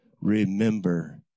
remember